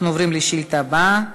אנחנו עוברים לשאילתה הבאה.